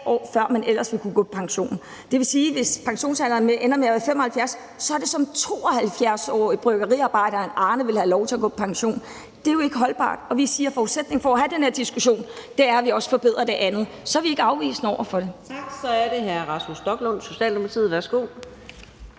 år før, man ellers ville kunne gå på pension. Det vil sige, at hvis pensionsalderen ender med at være på 75 år, er det som 72-årig, at bryggeriarbejderen Arne vil have lov til at gå på pension. Det er jo ikke holdbart, og vi siger, at forudsætningen for at have den her diskussion er, at vi også forbedrer det andet. Så er vi ikke afvisende over for det.